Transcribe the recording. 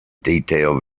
details